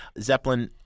Zeppelin